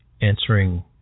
answering